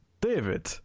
David